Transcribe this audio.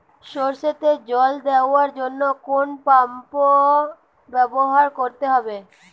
সরষেতে জল দেওয়ার জন্য কোন পাম্প ব্যবহার করতে হবে?